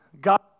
God